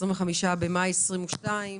25 במאי 2022,